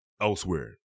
elsewhere